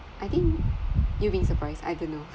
I think you being surprised I don't know